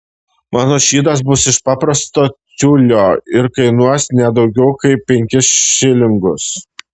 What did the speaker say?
mano šydas bus iš paprasto tiulio ir kainuos ne daugiau kaip penkis šilingus